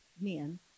men